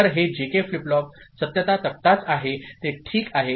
तर हे JK flip flop सत्यता तक्ताच आहे ते ठीक आहे